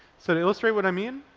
so to illustrate what i mean,